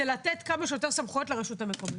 זה לתת כמה שיותר סמכויות לרשות המקומית.